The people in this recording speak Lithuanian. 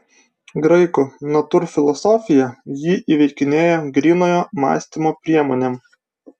graikų natūrfilosofija jį įveikinėja grynojo mąstymo priemonėm